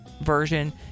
version